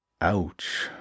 Ouch